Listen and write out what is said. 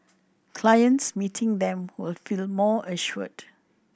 clients meeting them will feel more assured